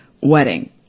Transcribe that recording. wedding